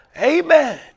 Amen